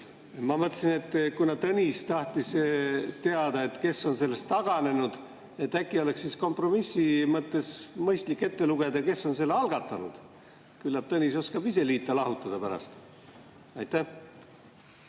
Ma mõtlesin, et kuna Tõnis tahtis teada, kes on sellest taganenud, siis äkki oleks kompromissi mõttes mõistlik ette lugeda, kes on selle algatanud. Küllap Tõnis oskab ise pärast liita